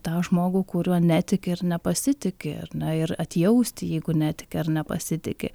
tą žmogų kuriuo netiki ir nepasitiki ar na ir atjausti jeigu netiki ar nepasitiki